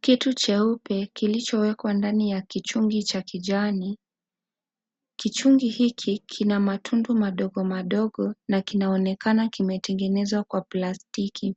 Kitu cheupe kilichowekwa ndani ya kichungi cha kijani. Kichungi hiki kina matundu madogo madogo na kinaonekana kimetengenezwa kwa plastiki.